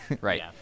Right